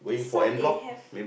some they have